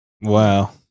Wow